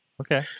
okay